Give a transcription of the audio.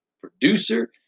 producer